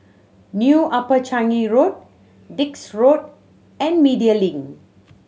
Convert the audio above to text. New Upper Changi Road Dix Road and Media Link